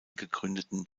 gegründeten